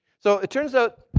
so it turns out,